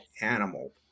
animal